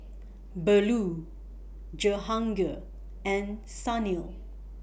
Bellur Jehangirr and Sunil